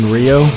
Rio